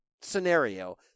scenario